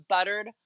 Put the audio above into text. Buttered